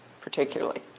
particularly